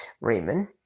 Raymond